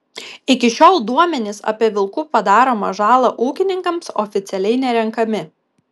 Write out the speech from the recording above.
iki šiol duomenys apie vilkų padaromą žalą ūkininkams oficialiai nerenkami